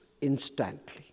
instantly